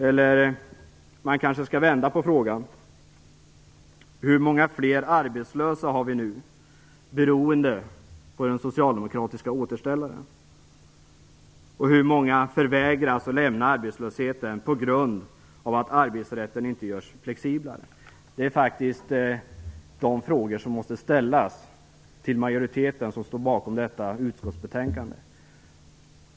Eller man kanske skall vända på frågan: Hur många fler arbetslösa har vi nu beroende på den socialdemokratiska återställaren och hur många förvägras att lämna arbetslösheten på grund av att arbetsrätten inte görs flexiblare? Det är faktiskt de frågorna som måste ställas till den majoritet som står bakom detta utskottsbetänkande.